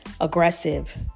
aggressive